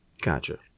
Gotcha